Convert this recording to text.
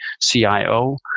CIO